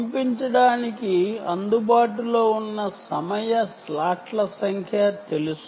పంపించడానికి అందుబాటులో ఉన్న సమయ స్లాట్ల సంఖ్య తెలుసు